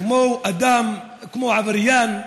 כמו אדם, כמו עבריין,